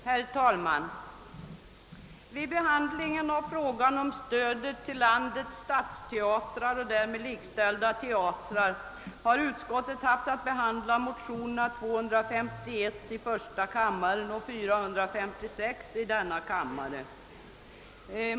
Herr talman! Vid behandlingen av frågan om stödet till landets stadsteatrar och därmed likställda teatrar har utskottet haft att behandla motionerna nr 251 i första kammaren och nr 456 i denna kammare.